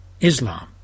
Islam